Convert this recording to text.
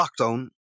lockdown